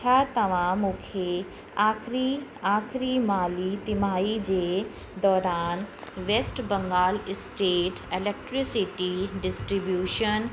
छा तव्हां मूंखे आख़िरी आख़िरी माली तिमाही जे दौरान West Bengal state electricity distribution